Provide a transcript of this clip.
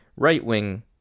right-wing